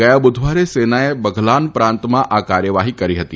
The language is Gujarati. ગયા બુધવારે સેનાએ બઘલાન પ્રાંતમાં આ કાર્યવાહી કરી હતી